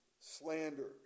slander